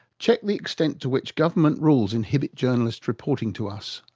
check the extent to which government rules inhibit journalists reporting to us,